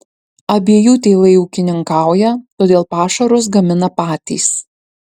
abiejų tėvai ūkininkauja todėl pašarus gamina patys